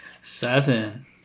Seven